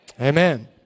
Amen